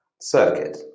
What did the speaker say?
circuit